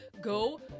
go